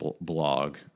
blog